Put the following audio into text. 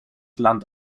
land